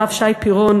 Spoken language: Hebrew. הרב שי פירון,